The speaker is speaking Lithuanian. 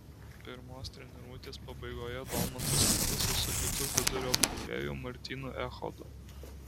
pirmos treniruotės pabaigoje domantas stumdėsi su kitu vidurio puolėju martynu echodu